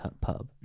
pub